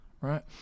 right